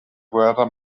guerra